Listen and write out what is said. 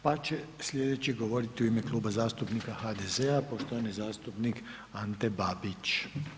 Pa će slijedeći govoriti u ime Kluba zastupnika HDZ-a poštovani zastupnik Ante Babić.